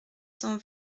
cent